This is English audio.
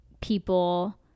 people